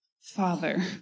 father